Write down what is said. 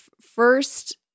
first